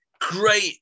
great